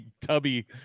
tubby